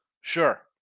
sure